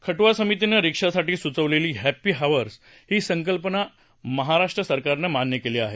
खटुआ समितीनं रिक्षासाठी सुचवलेलं हॅप्पी हावर्स ही संकल्पना महाराष्ट्र सरकारनं मान्य केली आहे